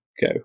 go